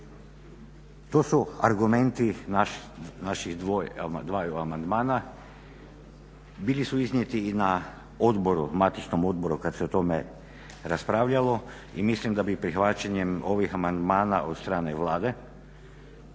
To su argumenti naših dvaju amandmana biti su iznijeti i na matičnom odboru kada se o tome raspravljalo i mislim da bi prihvaćanjem ovih amandmana od strane Vlade